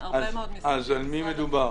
אז על מי מדובר?